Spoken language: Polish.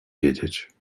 wiedzieć